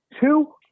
two